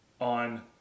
on